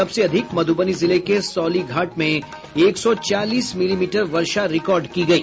सबसे अधिक मधुबनी जिले के सौलीघाट में एक सौ चालीस मिलीमीटर वर्षा रिकॉर्ड की गयी